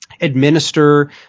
administer